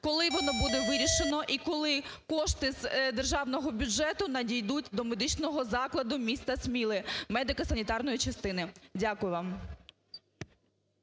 коли воно буде вирішено і коли кошти з державного бюджету надійдуть до медичного закладу міста Сміле медико-санітарної частини. Дякую вам.